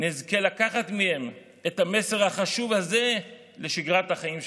נזכה לקחת מהם את המסר החשוב הזה לשגרת החיים שלנו.